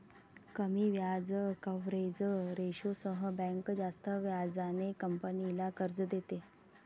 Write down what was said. कमी व्याज कव्हरेज रेशोसह बँक जास्त व्याजाने कंपनीला कर्ज देते